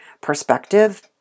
perspective